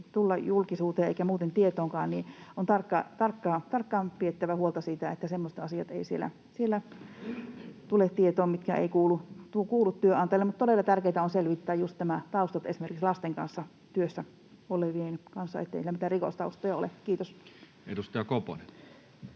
tulla julkisuuteen eikä muutenkaan tietoon, niin on tarkkaan pidettävä huolta siitä, että semmoiset asiat eivät siellä tule tietoon, mitkä eivät kuulu työnantajalle. Mutta todella tärkeätä on selvittää nämä taustat just esimerkiksi lasten kanssa työssä olevien kanssa, ettei siellä mitään rikostaustoja ole. — Kiitos. Edustaja Koponen.